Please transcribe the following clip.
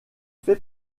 fait